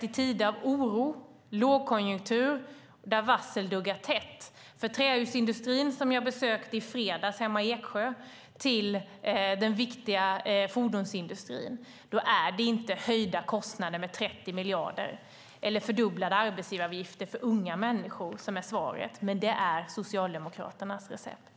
I tider av oro och lågkonjunktur och med varsel som duggar tätt, från trähusindustrin i Eksjö som jag besökte i fredags till den viktiga fordonsindustrin, är det inte höjda kostnader med 30 miljarder eller fördubblade arbetsgivaravgifter för unga som är svaret, men det är Socialdemokraternas recept.